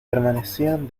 permanecían